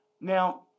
now